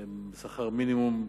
בשכר מינימום,